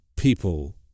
people